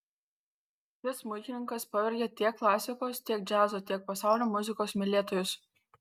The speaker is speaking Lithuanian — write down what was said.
šis smuikininkas pavergia tiek klasikos tiek džiazo tiek pasaulio muzikos mylėtojus